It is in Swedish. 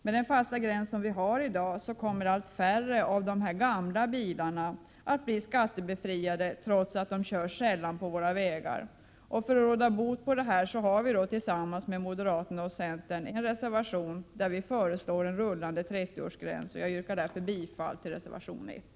Med den fasta gräns som gäller i dag kommer allt färre av dessa gamla bilar att bli skattebefriade trots att de körs sällan på våra vägar. För att råda bot på detta har vi tillsammans med moderaterna och centerpartisterna inlagt en reservation där vi föreslår en rullande 30-årsgräns. Fru talman! Jag yrkar bifall till reservation 1.